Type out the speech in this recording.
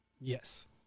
Yes